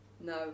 no